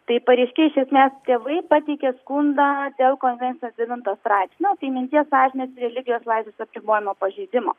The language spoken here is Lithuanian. tai pareiškėjai iš esmės tėvai pateikė skundą dėl konvensijos devinto straipsnio tai minties sąžinės religijos laisvės apribojimo pažeidimo